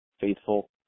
faithful